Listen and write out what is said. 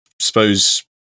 suppose